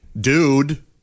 Dude